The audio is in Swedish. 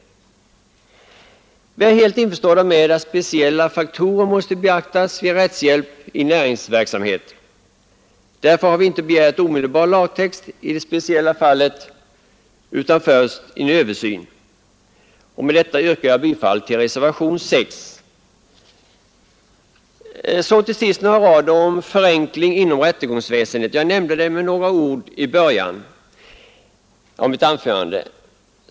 Vi är helt införstådda med att speciella faktorer måste beaktas vid rättshjälp i näringsverksamhet. Därför har vi inte omedelbart begärt lagtext i det speciella fallet utan först krävt en översyn. Med detta yrkar jag bifall till reservationen 6. Så till sist några ord om en förenkling inom rättegångsväsendet — jag nämnde den i början av mitt anförande.